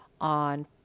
on